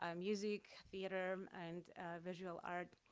um music, theater, and visual art.